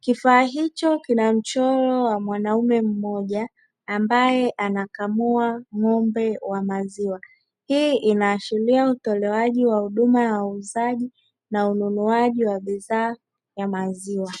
Kifaa hicho kina mchoro wa mwanaume mmoja ambaye anakamua ng’ombe wa maziwa. Hii inaashiria utolewaji wa huduma ya uuzaji na ununuaji wa bidhaa ya maziwa.